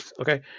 okay